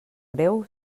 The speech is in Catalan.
greu